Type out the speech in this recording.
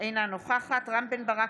אינה נוכחת רם בן ברק,